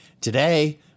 Today